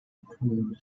permanent